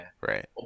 right